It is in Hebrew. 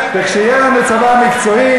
וכשיהיה לנו צבא מקצועי,